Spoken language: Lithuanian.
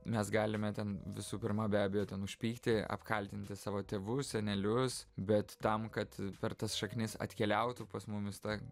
mes galime ten visų pirma be abejo ten užpykti apkaltinti savo tėvus senelius bet tam kad per tas šaknis atkeliautų pas mumis ta